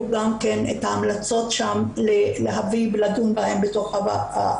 גם כן להביא את ההמלצות ולדון בהן בתוך הוועדה.